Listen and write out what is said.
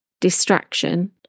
distraction